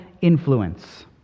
influence